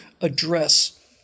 address